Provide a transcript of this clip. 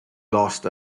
lost